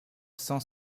cent